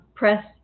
press